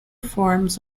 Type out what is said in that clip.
forms